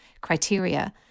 criteria